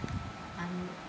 आगू